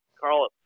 Carl